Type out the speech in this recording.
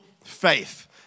Faith